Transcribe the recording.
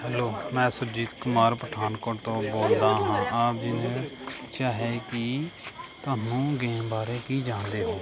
hello ਮੈਂ ਸੁਰਜੀਤ ਕੁਮਾਰ ਪਠਾਨਕੋਟ ਤੋਂ ਬੋਲਦਾ ਹਾਂ ਆਪ ਜੀ ਨੇ ਪੁੱਛਿਆ ਹੈ ਕਿ ਤੁਹਾਨੂੰ ਗੇਮ ਬਾਰੇ ਕੀ ਜਾਣਦੇ ਹੋ